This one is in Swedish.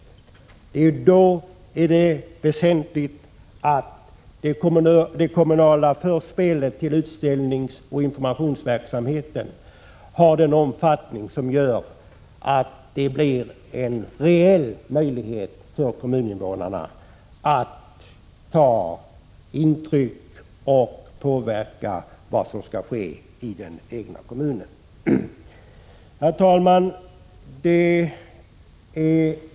Då är det viktigt att det kommunala förspelet i utställningsoch informationsverksamheten har en omfattning som ger en reell möjlighet för kommuninvånarna att ta intryck och påverka vad som skall ske i den egna kommunen. Herr talman!